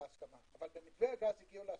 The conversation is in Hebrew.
אבל במתווה הגז הגיעו להסכמה.